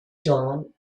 dawn